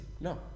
No